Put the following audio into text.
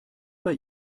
bei